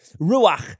Ruach